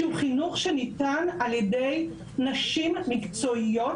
שהוא חינוך שניתן על ידי נשים מקצועיות,